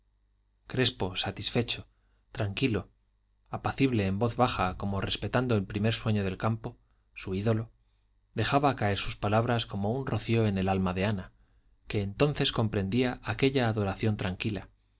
crespo satisfecho tranquilo apacible en voz baja como respetando el primer sueño del campo su ídolo dejaba caer sus palabras como un rocío en el alma de ana que entonces comprendía aquella adoración tranquila